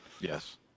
Yes